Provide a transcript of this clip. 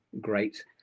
great